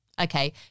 Okay